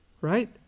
Right